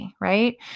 right